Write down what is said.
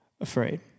afraid